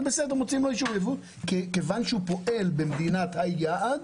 זה בסדר ומוציאים אישור יבוא כיוון שהוא פועל במדינת היעד